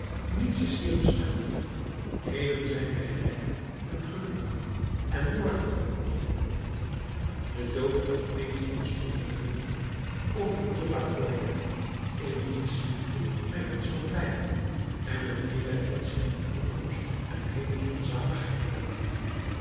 niets is hier bestendig heden zijn wij rijk en gelukkig en morgen van alles beroofd de dood ontneemt ons onze vrienden of een dierbaar voorwerp in wiens liefde wij ons verblijden en met wien wij ons in de toekomst een hemel van zaligheid droomden